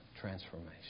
transformation